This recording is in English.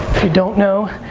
you don't know,